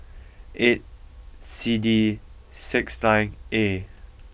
eight C D six nine A